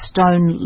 Stone